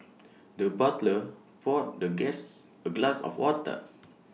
the butler poured the guests A glass of water